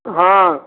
हाँ